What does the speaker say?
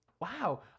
Wow